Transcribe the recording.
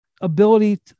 ability